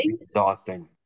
exhausting